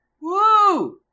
Woo